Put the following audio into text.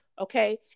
Okay